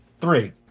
three